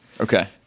Okay